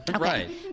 Right